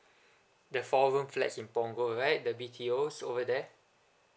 the four room flats in punggol right the B_T_Os over there